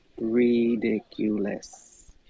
Ridiculous